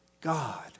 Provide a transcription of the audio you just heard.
God